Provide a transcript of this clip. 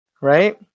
right